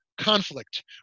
conflict